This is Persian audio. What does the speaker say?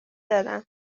دارم